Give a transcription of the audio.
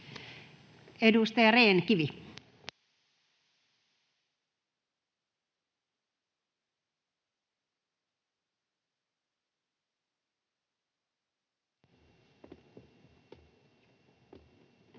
Edustaja Rehn-Kivi. [Speech